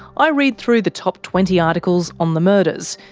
i read through the top twenty articles on the murders,